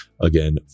again